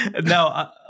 No